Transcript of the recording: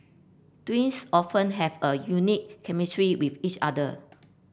twins often have a unique chemistry with each other